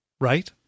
right